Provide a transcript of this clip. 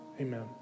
amen